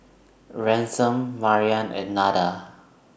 Ransom Maryann and Nada